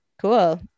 cool